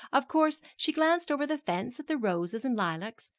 of course, she glanced over the fence at the roses and lilacs,